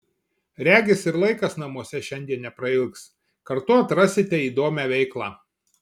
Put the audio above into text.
regis ir laikas namuose šiandien neprailgs kartu atrasite įdomią veiklą